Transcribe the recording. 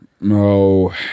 No